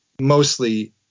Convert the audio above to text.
mostly